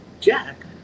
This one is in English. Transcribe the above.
Jack